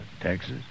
Texas